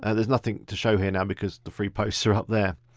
and there's nothing to show here now because the free posts are up there.